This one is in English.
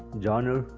genre,